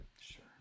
Sure